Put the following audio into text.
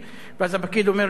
ואז הפקיד אומר להם,